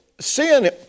Sin